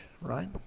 right